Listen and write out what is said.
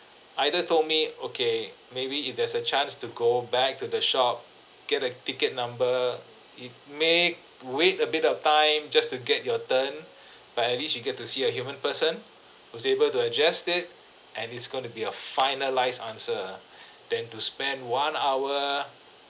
either told me okay maybe if there's a chance to go back to the shop get a ticket number it may wait a bit of time just to get your turn but at least you get to see a human person who's able to adressed it and it's going to be a finalised answer ah than to spend one hour